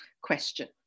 question